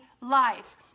life